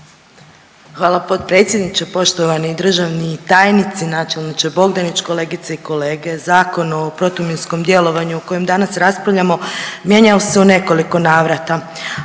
Hvala potpredsjedniče, poštovani državni tajnici, načelniče Bogdanić, kolegice i kolege. Zakon o protuminskom djelovanju o kojem danas raspravljamo mijenjao se u nekoliko navrata,